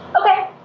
Okay